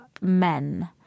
men